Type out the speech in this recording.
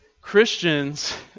Christians